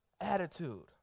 attitude